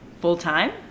full-time